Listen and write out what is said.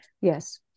yes